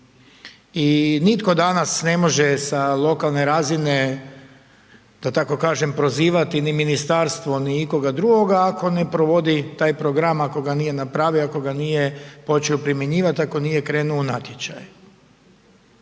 I nitko danas ne može sa lokalne razine da tako kažem prozivati ni ministarstvo ni ikoga drugoga ako ne provodi taj program, ako ga nije napravio, ako ga nije počeo primjenjivati, ako nije krenuo u natječaj.